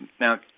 Now